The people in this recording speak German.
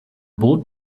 bot